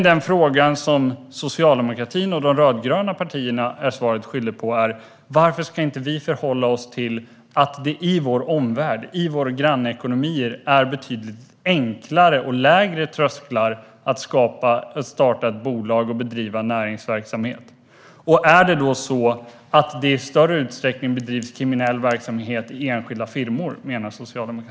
Den fråga som Socialdemokraterna och de rödgröna partierna är svaret skyldiga på är: Varför ska inte vi förhålla oss till att det i vår omvärld och våra grannekonomier är betydligt enklare och lägre trösklar att starta ett bolag och bedriva näringsverksamhet? Menar Socialdemokraterna att det i större utsträckning bedrivs kriminell verksamhet i enskilda firmor?